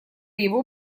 его